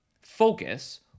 focus